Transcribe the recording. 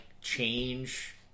change